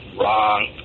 wrong